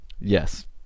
Yes